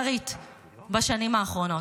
ואכזרית בשנים האחרונות.